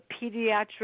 pediatric